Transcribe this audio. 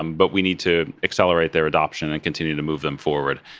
um but we need to accelerate their adoption and continue to move them forward.